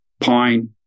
pine